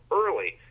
early